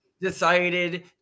decided